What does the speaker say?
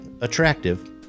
attractive